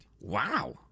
Wow